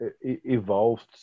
evolved